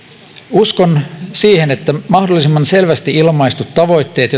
uskon siihen että mahdollisimman selvästi ilmaistut tavoitteet